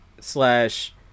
slash